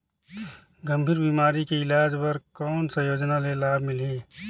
गंभीर बीमारी के इलाज बर कौन सा योजना ले लाभ मिलही?